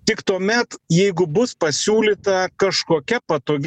tik tuomet jeigu bus pasiūlyta kažkokia patogi